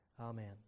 Amen